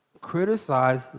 criticize